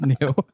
no